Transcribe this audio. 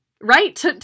right